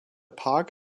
park